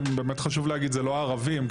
באמת חשוב להגיד זה לא ערבים,